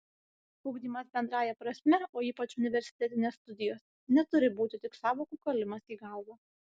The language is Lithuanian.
ugdymas bendrąja prasme o ypač universitetinės studijos neturi būti tik sąvokų kalimas į galvą